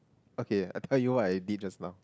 okay I tell you what I did just now